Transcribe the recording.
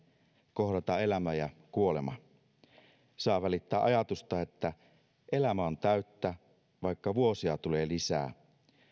kohdata elämän ja kuoleman jossa saa välittää ajatusta että elämä on täyttä vaikka vuosia tulee lisää